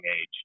age